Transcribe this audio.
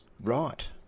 Right